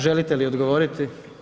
Želite li odgovoriti?